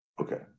okay